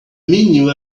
menu